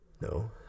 No